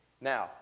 Now